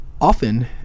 Often